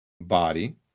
body